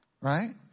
right